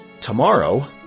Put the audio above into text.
Tomorrow